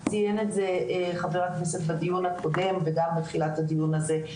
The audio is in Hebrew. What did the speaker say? ציין את זה חבר הכנסת בדיון הקודם וגם בתחילת הדיון הזה.